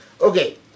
Okay